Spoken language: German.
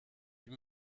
wie